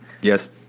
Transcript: Yes